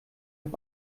auf